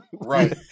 Right